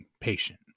patient